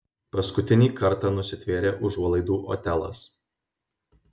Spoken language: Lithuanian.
paskutinį kartą nusitvėrė užuolaidų otelas